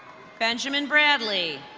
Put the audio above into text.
benjamin bradley.